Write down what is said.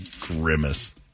Grimace